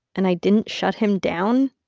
and i didn't shut him down,